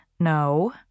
No